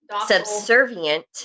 subservient